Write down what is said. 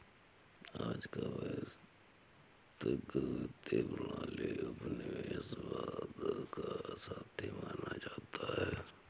आज का वैश्विक वित्तीय प्रणाली उपनिवेशवाद का साथी माना जाता है